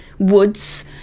woods